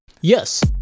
yes